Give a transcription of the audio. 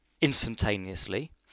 instantaneously